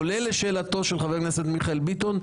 כולל לשאלתו של חבר הכנסת מיכאל ביטון.